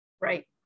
Right